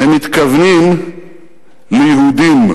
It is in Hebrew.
הם מתכוונים ליהודים.